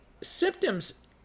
symptoms